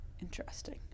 Interesting